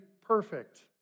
perfect